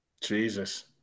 Jesus